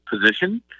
position